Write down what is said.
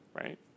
right